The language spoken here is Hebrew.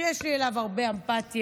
שיש לי אליו הרבה אמפתיה,